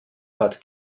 bat